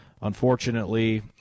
unfortunately